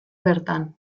bertan